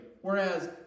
whereas